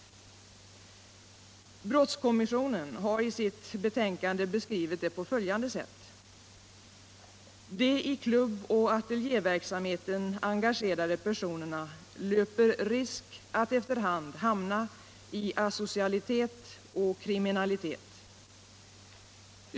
Brottskommissionen har i siu betänkande beskrivit det på följande sätt: ”De i klubboch ateljöverksamheten engagerade personerna löper risk att efter hand hamna i asocialitet och kriminalitet.